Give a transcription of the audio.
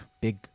big